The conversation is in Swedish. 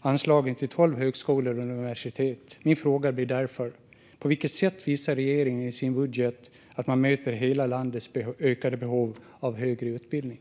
anslagen till tolv högskolor och universitet. Min fråga blir därför: På vilket sätt visar regeringen i sin budget att man möter hela landets ökade behov av högre utbildning?